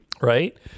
Right